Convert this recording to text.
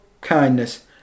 kindness